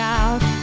out